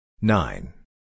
Nine